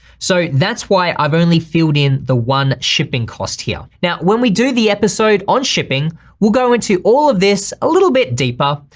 so that's why i've only filled in the one shipping cost here. now, when we do the episode on shipping we'll go into all of this a little bit deeper.